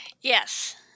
yes